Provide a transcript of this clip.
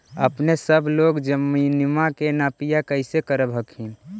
अपने सब लोग जमीनमा के नपीया कैसे करब हखिन?